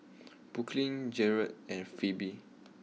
Brooklyn Gearld and Phebe